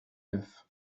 neuf